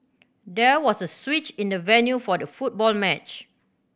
there was a switch in the venue for the football match